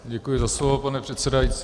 Děkuji za slovo, pane předsedající.